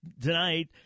tonight